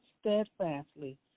steadfastly